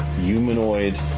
humanoid